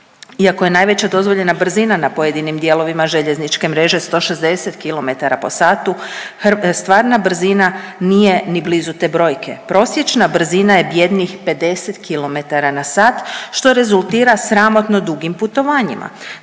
Iako je najveća dozvoljena brzina na pojedinim dijelovima željezničke mreže 160 km po satu, stvarna brzina nije ni blizu te brojke. Prosječna brzina je bijednih 50 km/h, što rezultira sramotno dugim putovanjima.